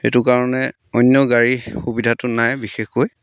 সেইটো কাৰণে অন্য গাড়ীৰ সুবিধাটো নাই বিশেষকৈ